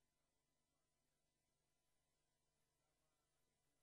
אבל אתה יודע,